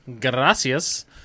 gracias